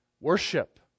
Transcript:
Worship